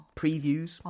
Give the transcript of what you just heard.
previews